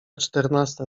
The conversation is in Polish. czternasta